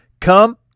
Come